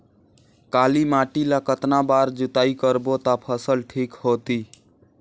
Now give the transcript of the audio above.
काली माटी ला कतना बार जुताई करबो ता फसल ठीक होती?